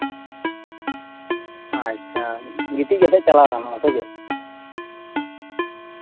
ᱟᱪᱪᱷᱟ ᱜᱤᱛᱤᱡ ᱠᱟᱛᱮᱜ ᱪᱟᱞᱟᱣ ᱜᱟᱱᱚᱜᱼᱟ ᱥᱮ ᱪᱮᱫ